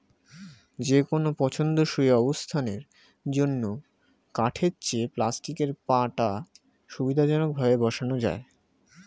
যেকোনো পছন্দসই অবস্থানের জন্য কাঠের চেয়ে প্লাস্টিকের পাটা সুবিধাজনকভাবে বসানো যায়